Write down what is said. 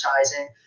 advertising